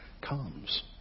comes